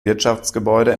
wirtschaftsgebäude